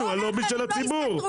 הלובי של הציבור,